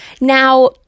Now